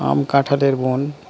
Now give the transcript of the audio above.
লের বন